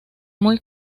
muy